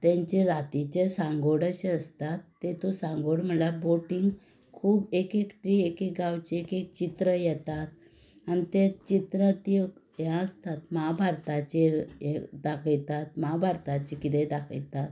तेंचे रातीचे सांगोड अशे आसतात तेतू सांगोड म्हळ्या बोटींक खूब एक एकटी एक एक गांवचें एक एक चित्र येतात आनी तें चित्रां त्यो हें आसतात म्हाभारताचेर हें दाखयतात म्हाभारताचें किदें दाखयतात